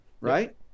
Right